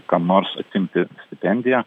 kam nors atimti stipendiją